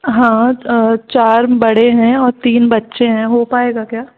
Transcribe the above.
हाँ चार बड़े हैं और तीन बच्चे हैं हो पाएगा क्या